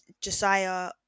Josiah